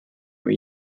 oma